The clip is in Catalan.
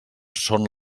són